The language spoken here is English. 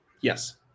Yes